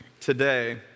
today